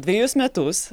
dvejus metus